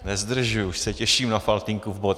Nezdržuju, už se těším na Faltýnkův bod.